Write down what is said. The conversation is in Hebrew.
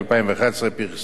פרסום בקשות פטנט.